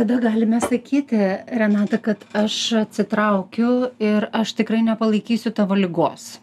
tada galim mes sakyti renata kad aš atsitraukiu ir aš tikrai nepalaikysiu tavo ligos